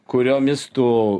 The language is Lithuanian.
kuriomis tu